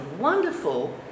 wonderful